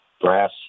brass